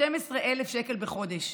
12,000 שקל בחודש.